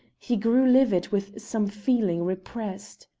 he grew livid with some feeling repressed.